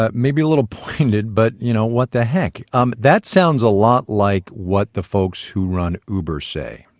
ah maybe a little pointed, but you know what the heck um that sounds a lot like what the folks who run uber say.